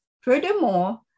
Furthermore